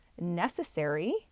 necessary